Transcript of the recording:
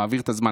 מעביר את הזמן.